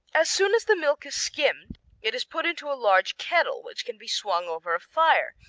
as soon as the milk is skimmed it is put into a large kettle which can be swung over a fire,